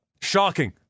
Shocking